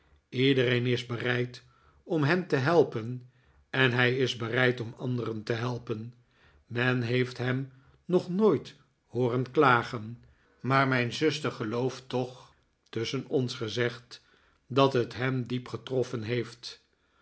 iedereen is bereid om hem te helpen en hij is bereid om anderen te helpen men heeft hem nog nooit hooren klacen maar mijn zuster gelooft toch tusschen ons gezegd dat het hem diep getroffen heeft